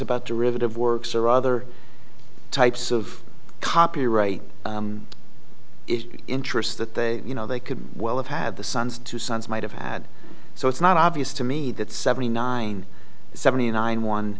about derivative works or other types of copyright interests that they you know they could well have had the sons two sons might have had so it's not obvious to me that seventy nine seventy nine one